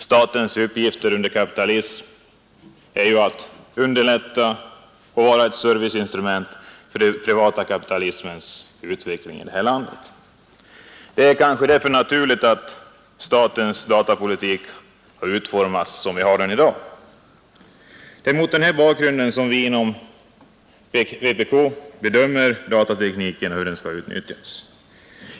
Statens uppgifter under kapitalism är ju att underlätta och vara ett serviceinstrument för den privata kapitalismens utveckling i landet. Det är kanske därför naturligt att statens datapolitik har utformats till vad den är i dag. Det är mot denna bakgrund som vi inom vpk bedömer datatekniken och hur den skall utnyttjas.